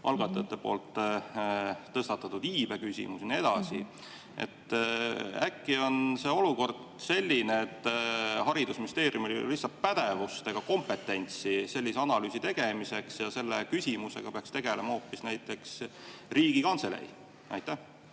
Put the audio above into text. algatajate tõstatatud iibeküsimus ja nii edasi. Äkki on olukord selline, et haridusministeeriumil ei ole lihtsalt pädevust ega kompetentsi sellise analüüsi tegemiseks ja selle küsimusega peaks tegelema hoopis näiteks Riigikantselei? Aitäh